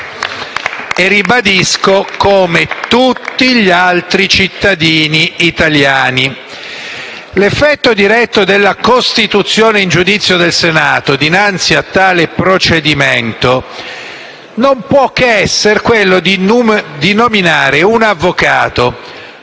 Ribadisco: come tutti gli altri cittadini italiani. L'effetto diretto della costituzione in giudizio del Senato dinanzi a tale procedimento non può che essere quello di nominare un avvocato,